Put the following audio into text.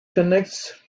connects